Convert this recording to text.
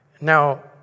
now